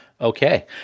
Okay